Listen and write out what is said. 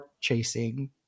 chasing